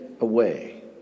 away